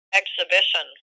exhibition